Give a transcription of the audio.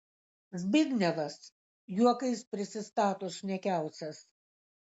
zbignevas juokais prisistato šnekiausias